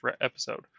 episode